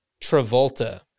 Travolta